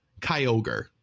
Kyogre